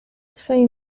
twej